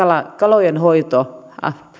kalojenhoito